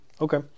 Okay